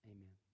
Amen